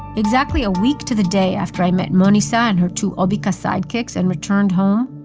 exactly a week to the day after i met manisha and her two obica sidekicks and returned home,